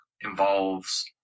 involves